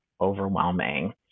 overwhelming